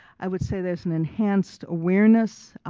i would say there's an enhanced awareness,